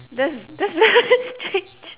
that's that's very strange